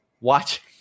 watch